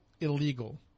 illegal